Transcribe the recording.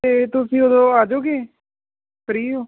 ਅਤੇ ਤੁਸੀਂ ਉਦੋਂ ਆ ਜਾਓਗੇ ਫਰੀ ਹੋ